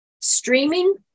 streaming